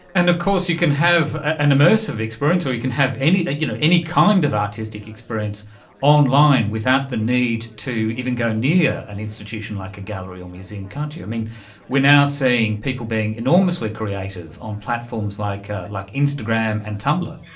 and of course you can have an immersive experience or you can have any you know any kind of artistic experience online without the need to even go near an institution like a gallery or a museum, can't you. um and we are now seeing people being enormously creative on platforms like like instagram and tumblr.